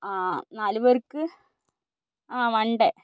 ആ നാല് പേർക്ക് ആ വൺ ഡേ